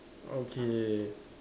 okay